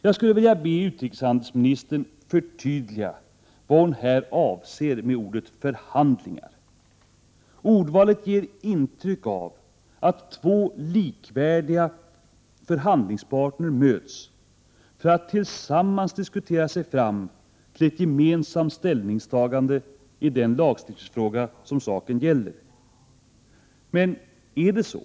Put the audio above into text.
Jag skulle vilja be utrikeshandelsministern förtydliga vad hon här avser med ordet förhandlingar. Ordvalet ger intryck av att två likvärdiga förhandlingsparter möts för att tillsammans diskutera sig fram till ett gemensamt ställningstagande i den lagstiftningsfråga som saken gäller. Men är det så?